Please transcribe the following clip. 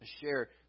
share